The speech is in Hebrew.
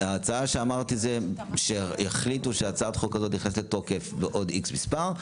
ההצעה שאמרתי היא שיחליטו שהצעת החוק הזאת נכנסת לתוקף בעוד X מספר,